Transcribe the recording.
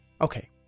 Okay